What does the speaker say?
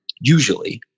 usually